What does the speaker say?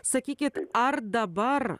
sakykit ar dabar